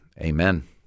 amen